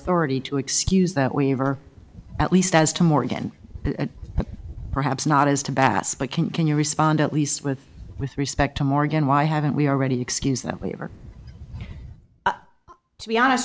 authority to excuse that waiver at least as to morgan perhaps not as to bass but can can you respond at least with with respect to morgan why haven't we already excuse that waiver to be honest